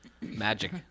Magic